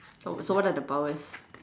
oh so what are the powers